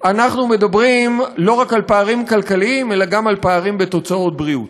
אנחנו מדברים לא רק על פערים כלכליים אלא גם על פערים בתוצאות בריאות.